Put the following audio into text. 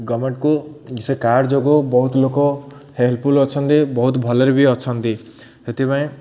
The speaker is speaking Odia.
ଗମେଣ୍ଟକୁ ସେ କାର୍ଡ଼ ଯୋଗୁଁ ବହୁତ ଲୋକ ହେଲ୍ପଫୁଲ୍ ଅଛନ୍ତି ବହୁତ ଭଲରେ ବି ଅଛନ୍ତି ସେଥିପାଇଁ